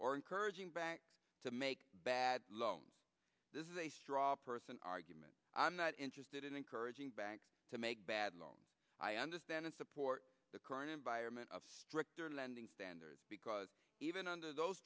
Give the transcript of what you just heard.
or encouraging banks to make bad loans this is a straw person argument i'm not interested in encouraging banks to make bad loans i understand and support the current environment of stricter lending standards because even under those